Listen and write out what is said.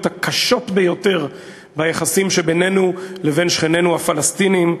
הקשות ביותר ביחסים שבינינו לבין שכנינו הפלסטינים,